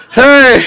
hey